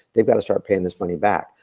they've gotta start paying this money back.